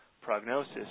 prognosis